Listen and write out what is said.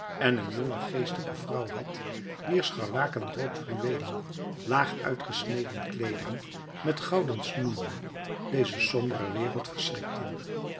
en een jonge geestige vrouw had wier scharlakenrood fluweelen laag uitgesneden kleederen met gouden snoeren deze sombere wereld verschrikten